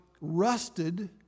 rusted